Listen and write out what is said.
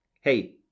hey